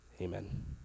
Amen